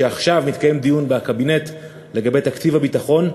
שעכשיו מתקיים דיון בקבינט על תקציב הביטחון.